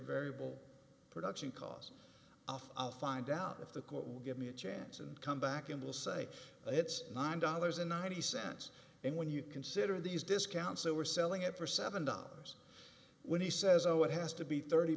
variable production costs off i'll find out if the court will give me a chance and come back and we'll say it's nine dollars and ninety cents and when you consider these discounts they were selling it for seven dollars when he says oh it has to be thirty